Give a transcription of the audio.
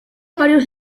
varios